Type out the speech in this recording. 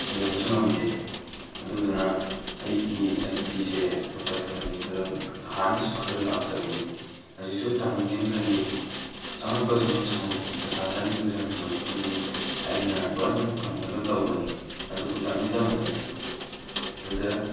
ꯌꯦꯡꯕꯁꯨ ꯉꯝꯗꯦ ꯑꯗꯨꯗꯨꯅ ꯑꯩꯒꯤ ꯏꯆꯟ ꯅꯨꯄꯤꯁꯦ ꯗꯣꯛꯇꯔ ꯇꯝꯍꯟꯒꯦ ꯈꯜꯂꯝꯃꯦ ꯍꯥꯟꯅꯗꯩꯁꯨ ꯈꯜꯂ ꯂꯥꯛꯆꯕꯅꯤ ꯍꯧꯖꯤꯛꯁꯨ ꯇꯝꯍꯟꯒꯦꯅ ꯈꯜꯂꯤ ꯆꯪꯉꯛꯄ ꯆꯪꯉꯛꯁꯅꯣ ꯄꯩꯁꯥ ꯆꯪꯅꯤꯡꯕ ꯆꯪꯁꯅꯣ ꯁꯨꯝ ꯑꯩꯅ ꯂꯣꯏꯅꯃꯛ ꯉꯝꯅꯕ ꯇꯧꯒꯅꯤ ꯑꯗꯨꯕꯨ ꯇꯝꯗꯤ ꯇꯝꯍꯟꯒꯅꯤ ꯑꯗꯨꯗ